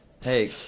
hey